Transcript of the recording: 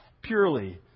purely